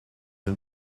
and